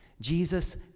jesus